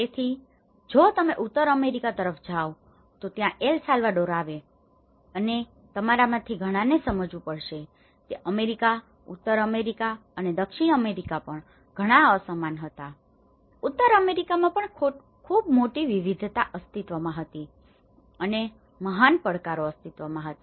તેથી જો તમે ઉત્તર અમેરિકા તરફ નજર નાખો તો ત્યાં એલ સાલ્વાડોર આવે છે અને તમારામાંથી ઘણાને સમજવું પડશે કે અમેરિકા ઉત્તર અમેરિકા અને દક્ષિણ અમેરિકા પણ ઘણા અસમાન હતા ઉત્તર અમેરિકામાં પણ ખૂબ મોટી વિવિધતા અસ્તિત્વમાં હતી અને મહાન પડકારો અસ્તિત્વમાં હતા